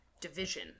division